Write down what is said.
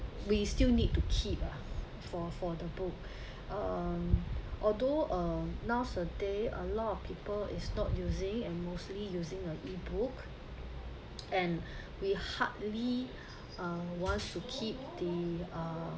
we still need to keep ah for for the book um although um nowadays a lot of people is not using and mostly using a e-book and we hardly wants to keep the uh